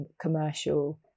commercial